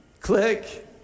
click